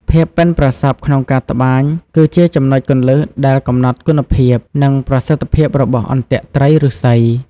ភាពប៉ិនប្រសប់ក្នុងការត្បាញគឺជាចំណុចគន្លឹះដែលកំណត់គុណភាព និងប្រសិទ្ធភាពរបស់អន្ទាក់ត្រីឫស្សី។